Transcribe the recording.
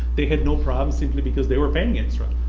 they had no problems simply because they were paying extra.